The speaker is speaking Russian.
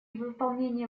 выполнении